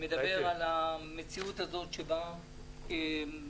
מדברת על המציאות הזאת שבה עסקים,